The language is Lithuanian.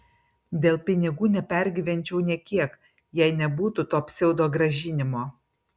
dėl pinigų nepergyvenčiau nė kiek jei nebūtų to pseudogrąžinimo